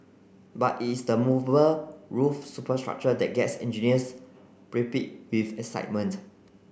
but it is the movable roof superstructure that gets engineers with excitement